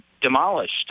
demolished